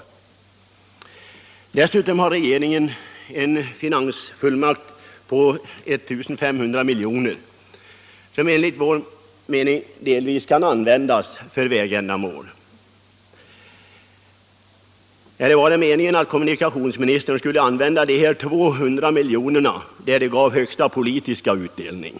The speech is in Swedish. Dessutom har regeringen en finansfullmakt på 1 500 milj.kr., som enligt vår mening delvis kan användas för vägändamål. Eller var det meningen att kommunikationsministern skulle använda de 200 miljonerna där de gav högsta politiska utdelning?